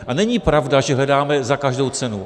A není pravda, že hledáme za každou cenu.